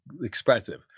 expressive